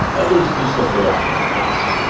at least he slipped the watch in his pocket.